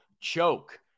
Choke